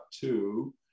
two